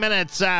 Minutes